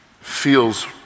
feels